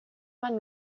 man